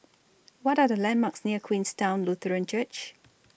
What Are The landmarks near Queenstown Lutheran Church